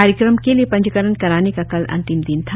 कार्यक्रम के लिए पंजीकरण कराने का कल अंतिम दिन था